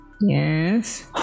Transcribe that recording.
Yes